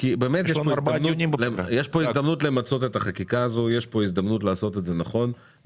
יש פה הזדמנות למצות את החקיקה ולעשות את זה נכון.